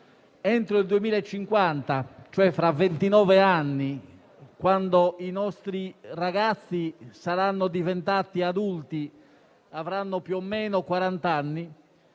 entro il 2050, e cioè fra ventinove anni, quando i nostri ragazzi saranno diventati adulti e avranno più o meno quarant'anni,